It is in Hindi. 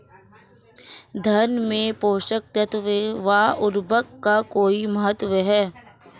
धान में पोषक तत्वों व उर्वरक का कोई महत्व है?